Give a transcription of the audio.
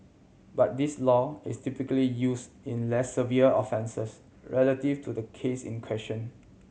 but this law is typically use in less severe offences relative to the case in question